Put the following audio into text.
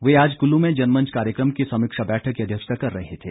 वे आज कुल्लू में जनमंच कार्यक्रम की समीक्षा बैठक की अध्यक्षता कर रहे थे